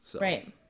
Right